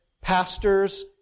pastors